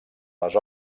les